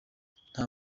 nta